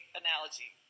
analogy